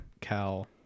Cal